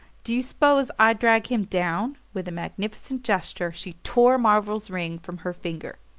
do you s'pose i'd drag him down? with a magnificent gesture she tore marvell's ring from her finger.